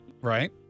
Right